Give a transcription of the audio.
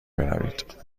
بروید